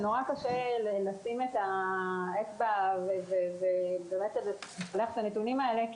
זה נורא קשה לשים את האצבע ולפלח את הנתונים האלה,